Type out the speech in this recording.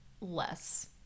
less